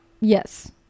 Yes